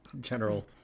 general